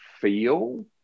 feel